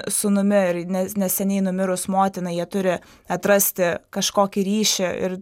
sūnumi ir ne neseniai numirus motinai jie turi atrasti kažkokį ryšį ir